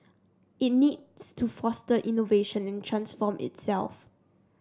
it needs to foster innovation and transform itself